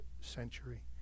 century